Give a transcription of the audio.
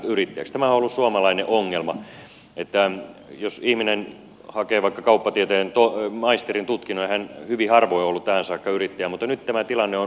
tämä on ollut suomalainen ongelma että jos ihminen hakee vaikka kauppatieteen maisterin tutkinnon hän hyvin harvoin on ollut tähän saakka yrittäjä mutta nyt tämä tilanne on muuttumassa